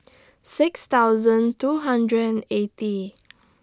six thousand two hundred and eighty